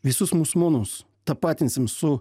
visus musulmonus tapatinsim su